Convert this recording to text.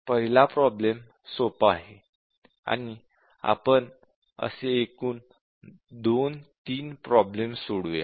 पहिला प्रॉब्लेम सर्वात सोपा आहे आणि आपण असे एकूण दोन तीन प्रॉब्लेम्स सोडवुया